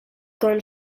gone